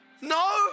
No